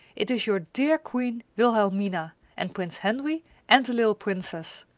it is your dear queen wilhelmina, and prince henry and the little princess!